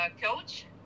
coach